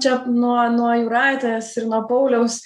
čia nuo nuo jūratės ir nuo pauliaus